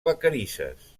vacarisses